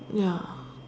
ya